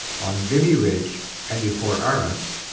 on vimy ridge and before arras,